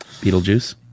beetlejuice